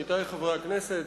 עמיתי חברי הכנסת,